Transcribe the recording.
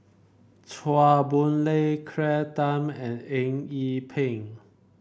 Chua Boon Lay Claire Tham and Eng Yee Peng